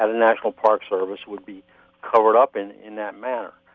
ah national park service would be covered up in in that manner.